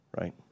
right